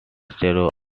stereo